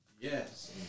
Yes